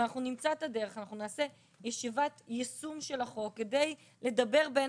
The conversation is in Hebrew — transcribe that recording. ונעשה ישיבת יישום של החוק כדי לדבר בין